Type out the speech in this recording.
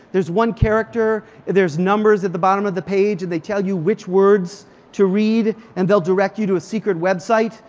there's one character, there's numbers at the bottom of the page and they tell you which words to read and they'll direct you to a secret website.